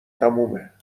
تمومه